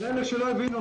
לאלה שלא הבינו,